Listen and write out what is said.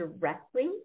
directly